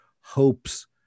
hopes